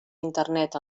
internet